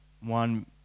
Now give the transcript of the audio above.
one